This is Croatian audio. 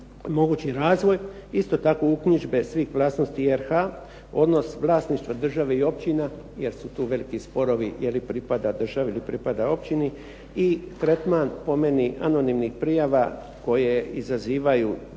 mogući razvoj. Isto tako uknjižbe svih … /Govornik se ne razumije./… RH, odnos vlasništva države i općina jer su tu veliki sporovi je li pripada državi ili pripada općini i tretman, po meni, anonimnih prijava koje izazivaju